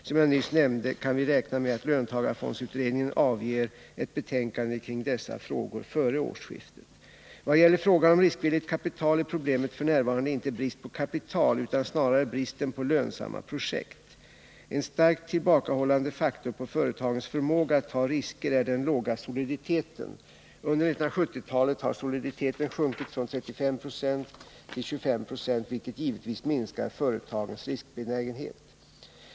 Som jag nyss nämnde kan vi räkna med att löntagarfondsutredningen avger ett betänkande kring dessa frågor före årsskiftet. Vad gäller frågan om riskvilligt kapital är problemet f. n. inte bristen på kapital utan snarare bristen på lönsamma projekt. En starkt tillbakahållande faktor på företagens förmåga att ta risker är den låga soliditeten. Under 1970-talet har soliditeten sjunkit från 35 96 till 25 96, vilket givetvis minskar företagens riskbenägenhet.